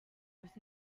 was